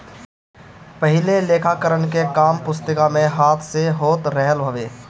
पहिले लेखाकरण के काम पुस्तिका में हाथ से होत रहल हवे